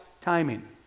timing